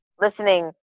listening